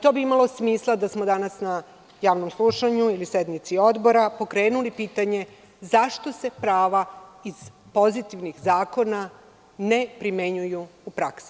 To bi imalo smisla da smo danas na javnom slušanju ili sednici odbora pokrenuli pitanje zašto se prava iz pozitivnih zakona ne primenjuju u praksi.